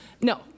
no